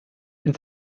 ins